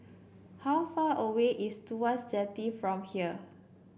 how far away is Tuas Jetty from here